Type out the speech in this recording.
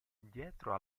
dietro